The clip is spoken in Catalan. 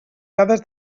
dades